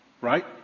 Right